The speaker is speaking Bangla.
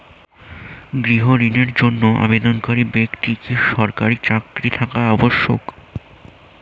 গৃহ ঋণের জন্য আবেদনকারী ব্যক্তি কি সরকারি চাকরি থাকা আবশ্যক?